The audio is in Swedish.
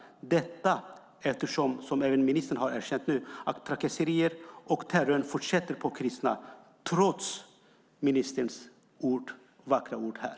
Ministern har ju erkänt att trakasserier och terror fortsätter på kristna, trots ministerns vackra ord här.